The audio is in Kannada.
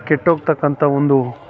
ಕೆಟ್ಟೋಗ್ತಕಂಥ ಒಂದು